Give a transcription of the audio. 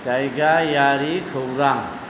जायगायारि खौरां